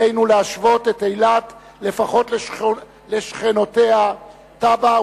עלינו להשוות את אילת לפחות לשכנותיה טאבה,